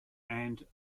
and